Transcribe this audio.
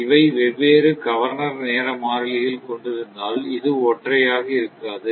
இவை வெவ்வேறு கவர்னர் நேர மாறிலிகள் கொண்டிருந்தால் இது ஒற்றையாக இருக்காது